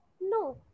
No